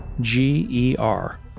G-E-R